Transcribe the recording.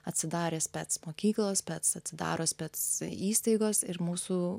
atsidarė spec mokyklos spec atsidaro spec įstaigos ir mūsų